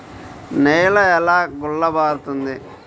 నేల ఎలా గుల్లబారుతుంది?